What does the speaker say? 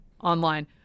online